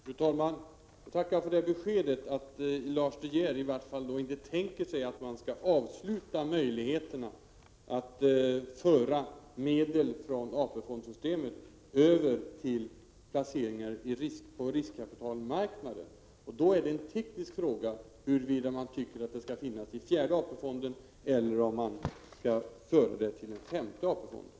Fru talman! Jag tackar för beskedet att i varje fall Lars De Geer inte tänker sig att man skall göra slut på möjligheterna att föra över medel från AP-fondssystemet till placeringar på riskkapitalmarknaden. Då blir det en teknisk fråga huruvida medlen skall finnas i fjärde AP-fonden eller om de av marknadsskäl skall föras över till en femte AP-fond.